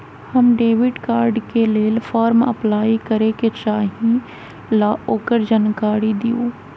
हम debit card के लेल फॉर्म अपलाई करे के चाहीं ल ओकर जानकारी दीउ?